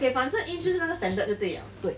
okay 反正 inch 就是那个 standard 就对 liao